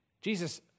Jesus